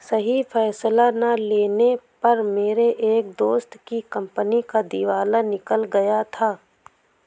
सही फैसला ना लेने पर मेरे एक दोस्त की कंपनी का दिवाला निकल गया था